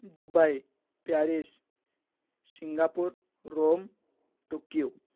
Dubai Paris Singapore Rome Tokyo